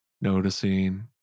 Noticing